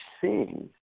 seeing